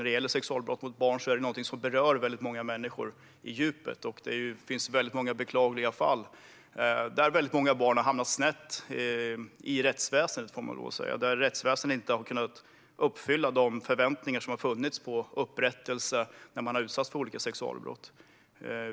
Sexualbrott mot barn är någonting som berör många människor på djupet, och det finns väldigt många beklagliga fall där barn har hamnat snett i rättsväsendet, får man säga. Rättsväsendet har inte kunnat uppfylla de förväntningar som har funnits på upprättelse när man har utsatts för olika sexualbrott.